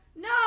No